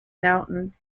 mountain